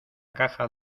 caja